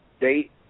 date